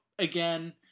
Again